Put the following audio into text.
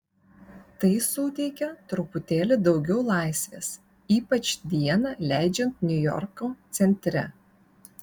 tai suteikia truputėlį daugiau laisvės ypač dieną leidžiant niujorko centre